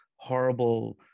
horrible